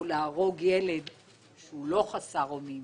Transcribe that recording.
להרוג ילד שהוא לא חסר אונים,